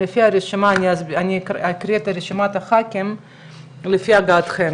אני אקריא את רשימת הח"כים לפי הגעתכם,